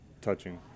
touching